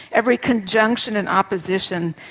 every conjunction and opposition,